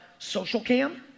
Socialcam